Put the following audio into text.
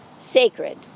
sacred